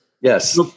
Yes